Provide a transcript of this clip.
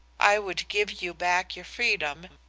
i would give you back your freedom,